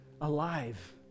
Alive